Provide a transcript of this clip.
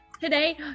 today